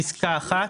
בפסקה (1),